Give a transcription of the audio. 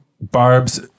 Barb's